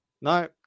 No